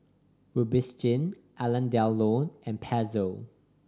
Robitussin Alain Delon and Pezzo